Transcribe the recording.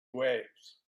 waves